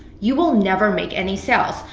you will never make any sales.